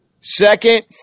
Second